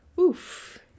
oof